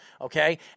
okay